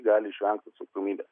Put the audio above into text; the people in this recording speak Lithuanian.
gali išvengt atsakomybės